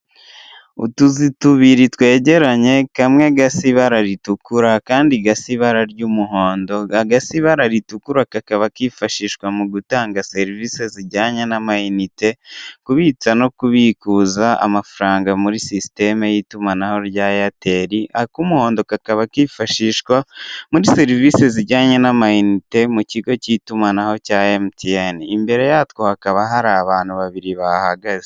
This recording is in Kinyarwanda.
Utuzu tubiri twegeranye, kamwe gasa ibara ritukura, akandi gasa ibara ry'umuhondo, agasa ibara ritukura kakaba kifashishwa mu gutanga serivise zijyanye n'amayinite, kubitsa no kubikuza amafaranga muri sisiteme y'itumanaho rya eyateri, ak'umuhondo kakaba kifashishwa muri serivise zijyanye n'amayinite mu kigo cy'itumanaho cya emutiyeni, imbere yatwo hakaba hari abantu babiri bahagaze.